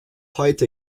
heute